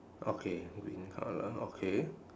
okay green colour okay